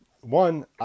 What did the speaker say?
One